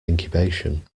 incubation